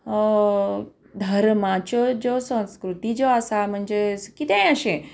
धमाच्यो ज्यो संस्कृती ज्यो आसा म्हणजेच कितेंय अशें